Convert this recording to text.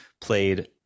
played